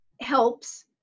helps